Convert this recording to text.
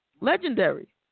legendary